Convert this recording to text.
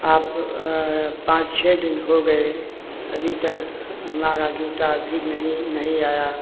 आप पाँच छः दिन हो गए अभी तक हमारा जूता अभी नहीं नहीं आया